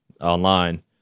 online